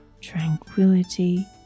tranquility